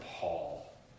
Paul